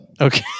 Okay